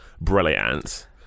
brilliant